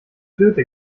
flöte